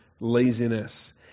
laziness